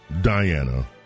Diana